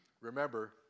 Remember